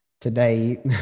today